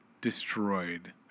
destroyed